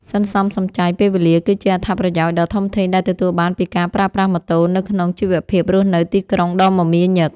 សន្សំសំចៃពេលវេលាគឺជាអត្ថប្រយោជន៍ដ៏ធំធេងដែលទទួលបានពីការប្រើប្រាស់ម៉ូតូនៅក្នុងជីវភាពរស់នៅទីក្រុងដ៏មមាញឹក។